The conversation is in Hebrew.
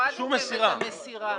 הורדתם את המסירה.